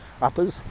uppers